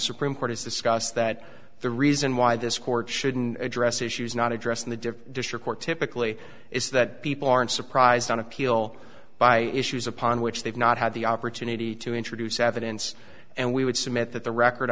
supreme court is discussed that the reason why this court shouldn't address issues not addressed in the different district court typically is that people aren't surprised on appeal by issues upon which they've not had the opportunity to introduce evidence and we would submit that the record